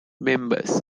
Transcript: members